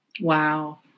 Wow